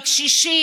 הקשישים,